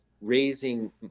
raising